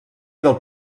del